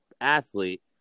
athlete